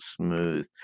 smooth